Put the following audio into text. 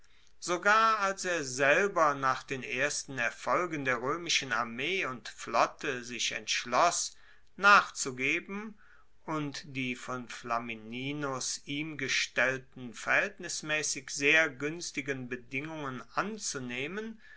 sogar als er selber nach den ersten erfolgen der roemischen armee und flotte sich entschloss nachzugeben und die von flamininus ihm gestellten verhaeltnismaessig sehr guenstigen bedingungen anzunehmen